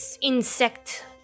Insect